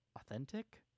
authentic